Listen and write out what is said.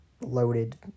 loaded